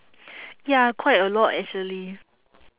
ya quite a lot actually